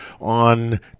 on